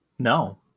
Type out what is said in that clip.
No